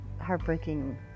heartbreaking